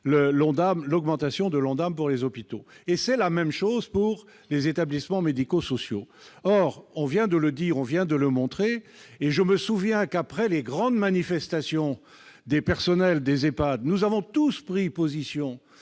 d'augmentation de l'ONDAM pour les hôpitaux. C'est la même chose pour les établissements médico-sociaux. On vient de le dire, on vient de le montrer. Je me souviens que, après les grandes manifestations du personnel des EHPAD, nous avions tous pris position